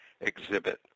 exhibit